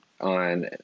on